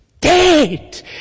Dead